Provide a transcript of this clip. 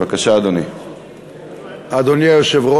בבקשה, אדוני.